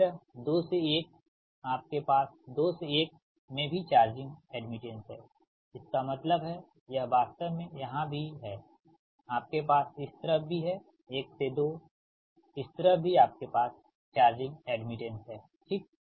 इसी तरह 2 से 1 आपके पास 2 से 1 में भी चार्जिंग एड्मिटेंस है इसका मतलब है यह वास्तव में यहाँ भी हैआपके पास इस तरफ भी है 1 से 2 इस तरफ भी आपके पास चार्जिंग एड्मिटेंस है ठीक